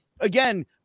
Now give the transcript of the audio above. Again